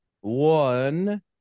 one